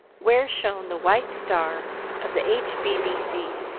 where shone the white star of the h b b c.